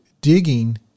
digging